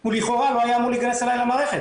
הוא לכאורה לא היה אמור להכנס אלי למערכת,